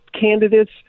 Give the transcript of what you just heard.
candidates